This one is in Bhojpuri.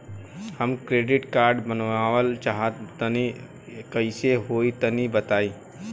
हम क्रेडिट कार्ड बनवावल चाह तनि कइसे होई तनि बताई?